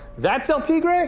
that's el tigre? ah